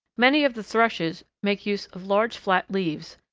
many of the thrushes make use of large flat leaves,